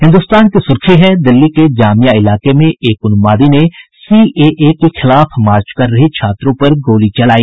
हिन्दुस्तान की सुर्खी है दिल्ली के जामिया इलाके में एक उन्मादी ने सीएए के खिलाफ मार्च कर रहे छात्रों पर गोली चलाई